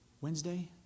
Wednesday